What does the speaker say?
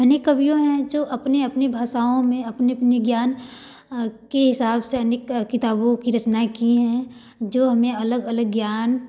अनेक कवियों हैं जो अपने अपनी भाषाओं में अपने अपने ज्ञान के हिसाब से अनेक किताबों की रचनाएँ किएँ हैं जो हमें अलग अलग ज्ञान